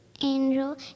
angel